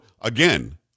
again